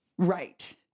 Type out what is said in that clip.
Right